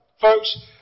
Folks